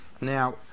Now